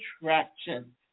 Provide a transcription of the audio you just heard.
attraction